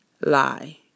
lie